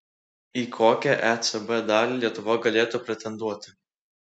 į kokią ecb dalį lietuva galėtų pretenduoti